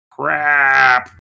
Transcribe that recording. Crap